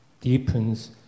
deepens